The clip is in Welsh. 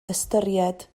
ystyried